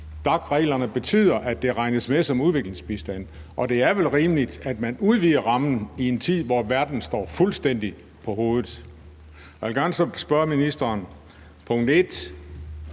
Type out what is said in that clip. DAC-reglerne betyder, at det regnes med som udviklingsbistand, og det er vel rimeligt, at man udvider rammen i en tid, hvor verden står fuldstændig på hovedet. Jeg vil gerne spørge ministeren: De 18